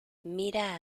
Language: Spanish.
mira